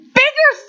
bigger